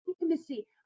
intimacy